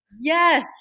Yes